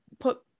put